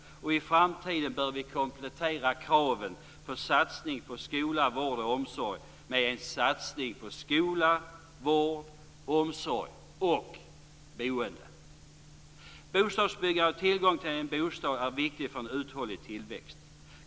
I framtiden bör vi komplettera kraven på satsningen på Bostadsbyggandet och tillgången till en bostad är viktigt för en uthållig tillväxt.